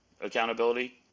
accountability